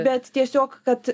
bet tiesiog kad